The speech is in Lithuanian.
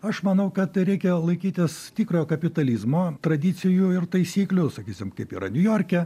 aš manau kad reikia laikytis tikrojo kapitalizmo tradicijų ir taisyklių sakysime kaip yra niujorke